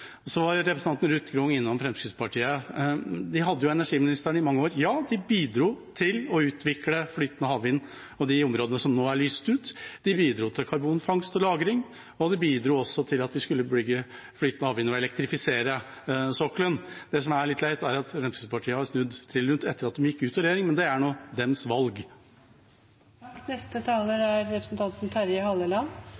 Representanten Ruth Grung var innom Fremskrittspartiet. De hadde energiministeren i mange år. Ja, de bidro til å utvikle flytende havvind på de områdene som nå er lyst ut. De bidro til karbonfangst og -lagring, og de bidro også til at vi skulle bygge flytende havvind og elektrifisere sokkelen. Det som er litt leit, er at Fremskrittspartiet har snudd trill rundt etter at de gikk ut av regjering, men det er